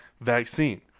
vaccine